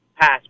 pass